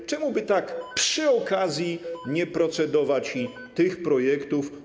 Dlaczego by tak przy okazji nie procedować i tych projektów?